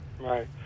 Right